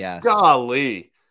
Golly